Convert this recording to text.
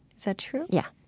is that true? yeah,